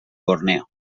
borneo